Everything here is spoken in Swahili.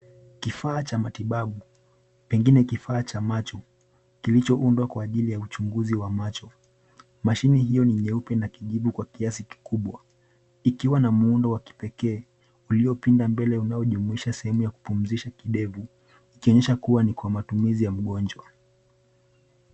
Kifaa cha matibabu pengine kifaa cha macho kilichoundwa kwa ajili ya uchunguzi wa macho. Mashine hiyo ni nyeupe na kijivu kwa kiasi kikubwa ikiwa na muundo wa kipekee uliopinda mbele unaojumuisha sehemu ya kupumzisha kidevu ikionyesha kuwa ni kwa matumizi ya mgonjwa.